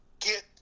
get